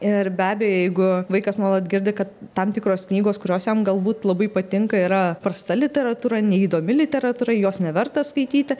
ir be abejo jeigu vaikas nuolat girdi kad tam tikros knygos kurios jam galbūt labai patinka yra prasta literatūra neįdomi literatūra jos neverta skaityti